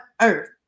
Earth